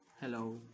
Hello